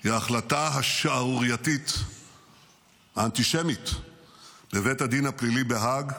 היא ההחלטה השערורייתית האנטישמית בבית הדין הפלילי בהאג,